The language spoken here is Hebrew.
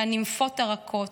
/ לנימפות הרכות.